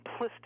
simplistic